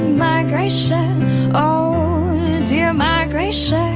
migration oh dear migration